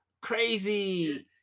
Crazy